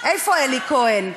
איפה אלי כהן?